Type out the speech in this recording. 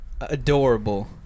adorable